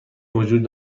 وجود